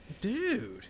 dude